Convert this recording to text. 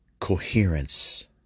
coherence